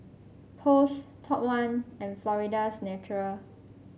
Post Top One and Florida's Natural